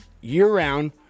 year-round